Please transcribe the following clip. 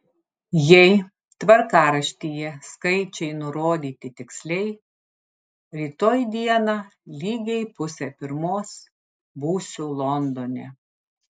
jei tvarkaraštyje skaičiai nurodyti tiksliai rytoj dieną lygiai pusę pirmos būsiu londone